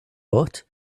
but